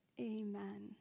Amen